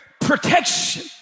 Protection